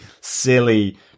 silly